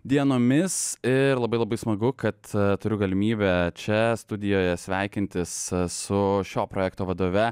dienomis ir labai labai smagu kad turiu galimybę čia studijoje sveikintis su šio projekto vadove